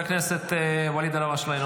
עשו